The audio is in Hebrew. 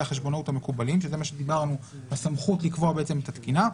החשבונאות המקובלים - זה הסמכות לקבוע את התקינה.